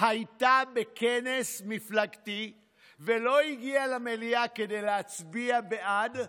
הייתה בכנס מפלגתי ולא הגיעה למליאה כדי להצביע בעד,